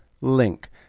link